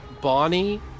Bonnie